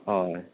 हय